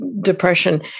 depression